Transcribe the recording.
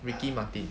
ricky martin